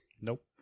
Nope